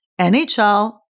NHL